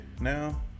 now